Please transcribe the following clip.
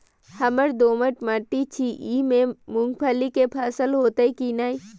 हमर दोमट माटी छी ई में मूंगफली के फसल होतय की नय?